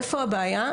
איפה הבעיה?